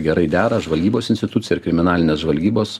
gerai dera žvalgybos institucija ir kriminalinės žvalgybos